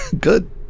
good